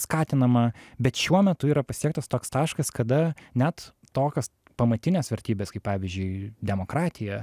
skatinama bet šiuo metu yra pasiektas toks taškas kada net tokios pamatinės vertybės kaip pavyzdžiui demokratija